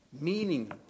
meaning